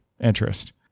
interest